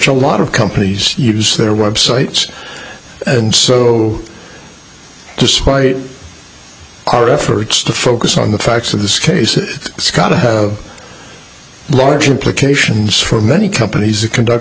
a lot of companies use their websites and so despite our efforts to focus on the facts of this case it's got a large implications for many companies to conduct